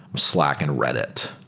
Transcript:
slack and redit,